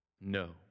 No